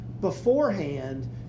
beforehand